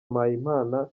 mpayimana